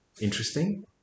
interesting